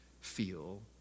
feel